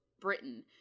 Britain